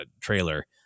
trailer